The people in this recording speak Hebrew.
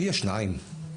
יהיו שניים.